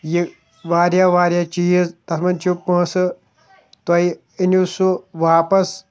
یہِ واریاہ واریاہ چیٖز تَتھ منٛز چھُ پونٛسہٕ تۄہۍ أنیو سُہ واپَس